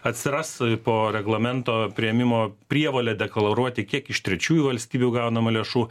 atsiras po reglamento priėmimo prievolė deklaruoti kiek iš trečiųjų valstybių gaunama lėšų